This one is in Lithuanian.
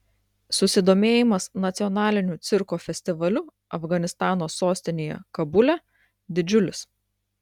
susidomėjimas nacionaliniu cirko festivaliu afganistano sostinėje kabule didžiulis